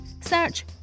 Search